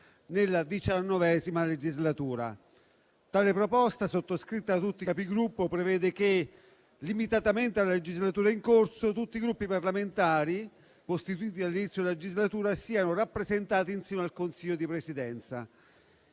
nella XIX legislatura. Tale proposta, sottoscritta da tutti i Capigruppo, prevede che, limitatamente alla legislatura in corso, tutti i Gruppi parlamentari costituiti dall'inizio della legislatura siano rappresentati in seno al Consiglio di Presidenza.